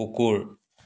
কুকুৰ